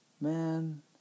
Man